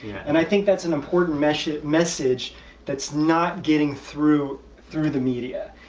and i think that's an important message message that's not getting through through the media,